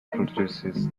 produces